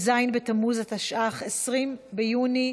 אל, ככה כל יום.